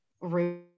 root